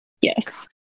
Yes